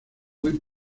muy